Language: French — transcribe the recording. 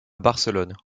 barcelone